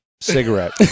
cigarette